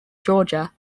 georgia